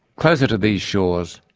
close to these shores,